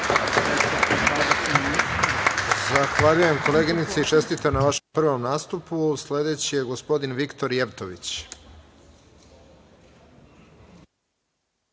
Zahvaljujem, koleginice, i čestitam na vašem prvom nastupu. Sledeći govornik je gospodin Viktor Jevtović.